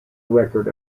record